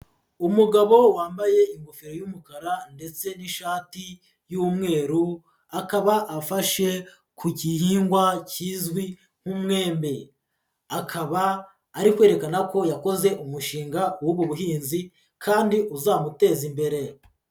Umugabo wambaye ingofero y’umukara ndetse n'ishati y’umweru, akaba afashe ku gihingwa kizwi nk'umwembe, akaba ari kwerekana ko yakoze umushinga w'ubu buhinzi kandi uzamuteza imbere.